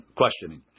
questioning